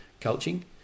coaching